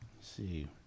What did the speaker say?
see